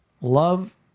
love